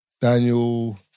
Daniel